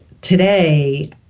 today